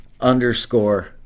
underscore